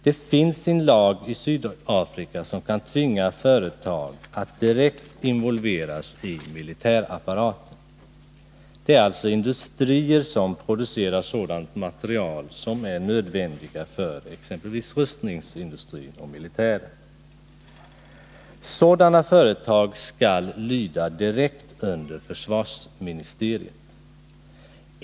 Det finns en lag i Sydafrika som kan tvinga företag att direkt involveras i militärapparaten. Det är alltså industrier som producerar sådant material som är nödvändigt för exempelvis rustningsindustrin och militären. Sådana företag skall lyda direkt under försvarsministeriet.